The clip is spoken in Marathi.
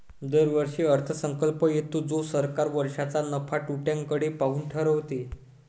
दरवर्षी अर्थसंकल्प येतो जो सरकार वर्षाच्या नफ्या तोट्याकडे पाहून ठरवते